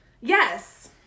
Yes